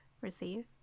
receive